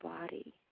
body